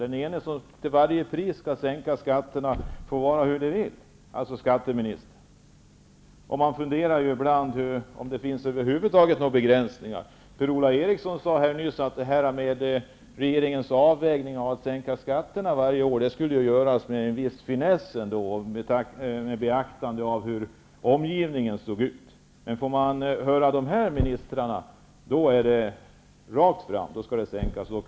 En skall till varje pris sänka skatterna -- dvs. skatteministern. Man funderar ibland om det över huvud taget finns några begränsningar. Per-Ola Eriksson sade nyss att regeringens avvägning av att sänka skatterna skulle göras med en viss finess med beaktande av hur omgivningen såg ut. Men när man får höra dessa ministrar är allt rakt fram. Skatterna skall sänkas.